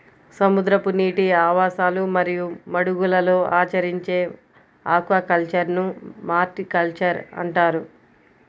సముద్రపు నీటి ఆవాసాలు మరియు మడుగులలో ఆచరించే ఆక్వాకల్చర్ను మారికల్చర్ అంటారు